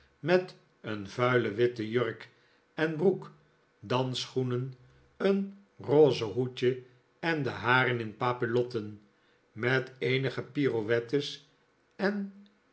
met een vuile witte jurk en broek dansschoenen een rose hoedje en de haren in papillotten met eenige pirouettes en